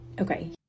Okay